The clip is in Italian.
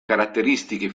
caratteristiche